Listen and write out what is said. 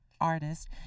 artist